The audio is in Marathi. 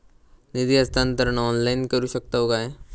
निधी हस्तांतरण ऑनलाइन करू शकतव काय?